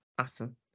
Awesome